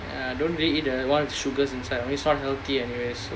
ya I don't really eat the one with sugars inside it's not healthy anyways